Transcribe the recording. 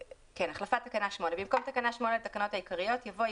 החלפת תקנה 8 במקום תקנה 8 לתקנות העיקריות יבוא: